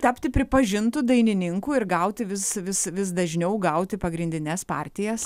tapti pripažintu dainininku ir gauti vis vis vis dažniau gauti pagrindines partijas